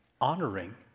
honoring